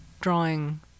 drawing